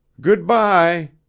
Good-bye